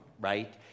right